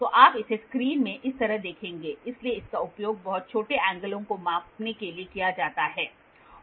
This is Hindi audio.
तो आप इसे स्क्रीन में इस तरह देखेंगे इसलिए इसका उपयोग बहुत छोटे एंगलों को मापने के लिए किया जाता है